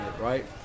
right